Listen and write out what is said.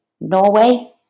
Norway